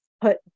put